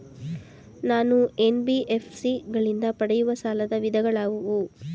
ನಾನು ಎನ್.ಬಿ.ಎಫ್.ಸಿ ಗಳಿಂದ ಪಡೆಯುವ ಸಾಲದ ವಿಧಗಳಾವುವು?